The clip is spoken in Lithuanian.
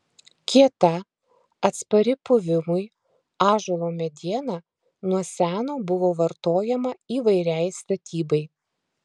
kieta atspari puvimui ąžuolo mediena nuo seno buvo vartojama įvairiai statybai